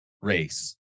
race